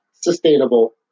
Sustainable